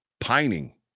pining